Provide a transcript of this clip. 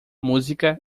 música